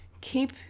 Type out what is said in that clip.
keep